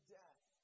death